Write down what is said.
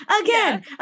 again